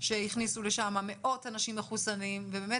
שהכניסו לשם מאות אנשים מחוסנים ובאמת